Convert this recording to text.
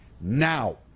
Now